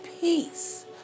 peace